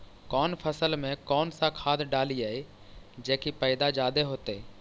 कौन फसल मे कौन सा खाध डलियय जे की पैदा जादे होतय?